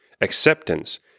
Acceptance